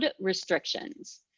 restrictions